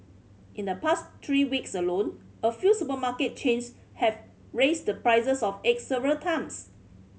in the past three weeks alone a few supermarket chains have raised the prices of eggs several times